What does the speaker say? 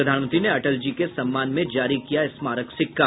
प्रधानमंत्री ने अटल जी के सम्मान में जारी किया स्मारक सिक्का